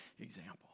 example